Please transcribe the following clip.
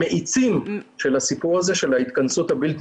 מאיצים של הסיפור הזה של ההתכנסות הבלתי